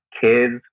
kids